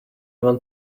want